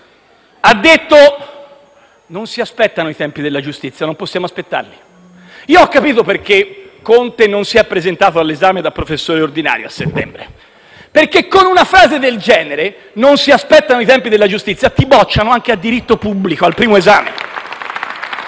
ha detto che non si aspettano i tempi della giustizia, che non possiamo aspettarli. Ho capito perché non si è presentato all'esame da professore ordinario a settembre: perché con una frase del genere - non si aspettano i tempi della giustizia - ti bocciano anche a diritto pubblico al primo esame. *(Applausi